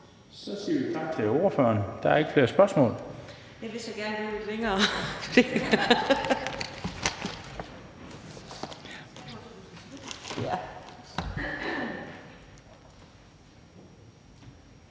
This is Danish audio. Så siger vi tak til ordføreren. Der er ikke flere spørgsmål. Vi skal lige have lidt